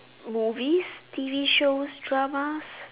movies T_V shows dramas